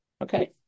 okay